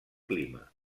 clima